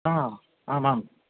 हा आमाम्